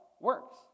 works